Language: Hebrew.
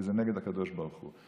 כי זה נגד הקדוש ברוך הוא.